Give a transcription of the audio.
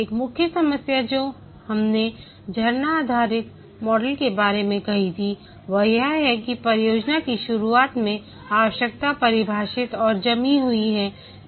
एक मुख्य समस्या जो हमने झरना आधारित मॉडल के बारे में कही थी वह यह है कि परियोजना की शुरुआत में आवश्यकता परिभाषित और जमी हुई है